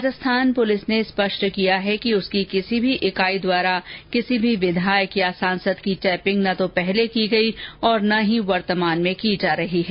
Rajasthan police ने स्पष्ट किया है कि उसकी किसी भी युनिट द्वारा किसी भी विधायक या सांसद की टैपिंग न तो पहले की गई और न ही वर्तमान में की जा रही है